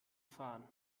fahren